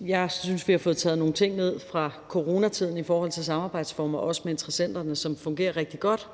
Jeg synes, at vi har fået taget nogle ting ned fra coronatiden i forhold til samarbejdsformer, også med interessenterne, og de fungerer rigtig godt,